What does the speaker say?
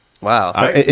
Wow